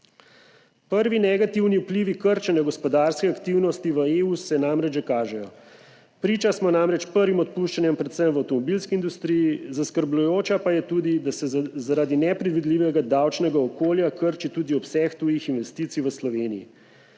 Prvi negativni vplivi krčenja gospodarske aktivnosti v EU se namreč že kažejo. Priča smo namreč prvim odpuščanjem, predvsem v avtomobilski industriji, zaskrbljujoče pa je tudi, da se zaradi nepredvidljivega davčnega okolja krči tudi obseg tujih investicij v Sloveniji.